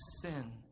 sin